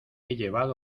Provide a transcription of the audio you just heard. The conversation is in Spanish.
llevado